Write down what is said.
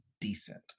decent